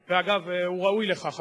ואגב, אדוני, הוא ראוי לכך.